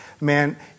Man